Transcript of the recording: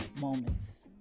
moments